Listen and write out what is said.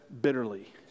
bitterly